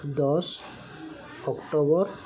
ଦଶ ଅକ୍ଟୋବର